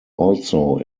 also